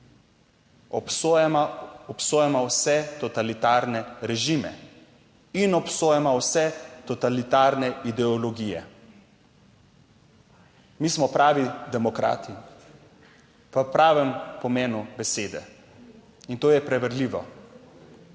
obsojamo vse totalitarne režime in obsojamo vse totalitarne ideologije. Mi smo pravi demokrati v pravem pomenu besede, in to je preverljivo.